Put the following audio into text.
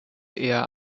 eher